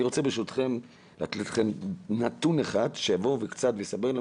אני רוצה ברשותכם לתת נתון אחד שקצת יסבר לנו